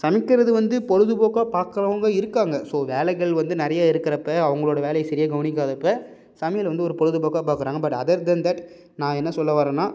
சமைக்கிறது வந்து பொழுதுப்போக்காக பார்க்குறவங்க இருக்காங்க ஸோ வேலைகள் வந்து நிறைய இருக்கிறப்ப அவர்களோட வேலையை சரியா கவனிக்காதப்போ சமையலை வந்து ஒரு பொழுதுப்போக்காக பார்க்குறாங்க பட் அதர் தென் தட் நான் என்ன சொல்ல வரேன்னால்